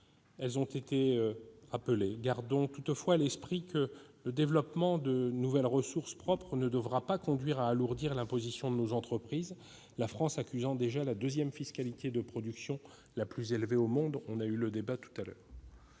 elles ont été rappelées. Gardons toutefois à l'esprit que le développement de nouvelles ressources propres ne devra pas conduire à alourdir l'imposition de nos entreprises, la France accusant déjà la deuxième fiscalité sur la production la plus élevée au monde- nous avons eu ce débat plus tôt cet